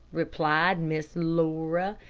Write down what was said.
replied miss laura.